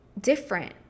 different